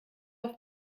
auf